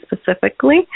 specifically